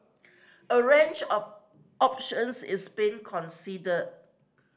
a range of options is being considered